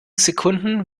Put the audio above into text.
sekunden